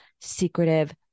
secretive